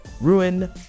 ruin